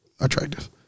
Attractive